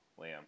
Liam